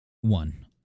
One